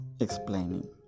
explaining